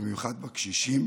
במיוחד בקשישים